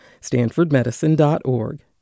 stanfordmedicine.org